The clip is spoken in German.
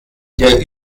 der